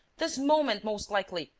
this moment, most likely!